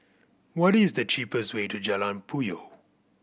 what is the cheapest way to Jalan Puyoh